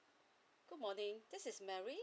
good morning this is mary